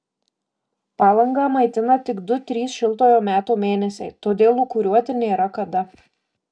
palangą maitina tik du trys šiltojo meto mėnesiai todėl lūkuriuoti nėra kada